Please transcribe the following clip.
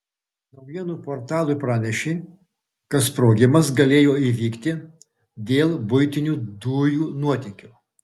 naujienų portalai pranešė kad sprogimas galėjo įvykti dėl buitinių dujų nuotėkio